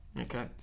okay